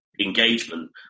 engagement